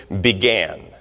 began